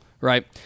Right